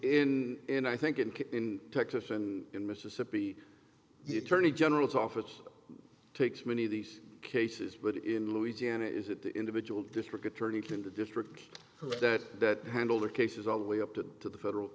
in and i think and keep in texas and in mississippi the attorney general's office takes many of these cases but in louisiana is it the individual district attorney can the district for that handle the cases all the way up to to the federal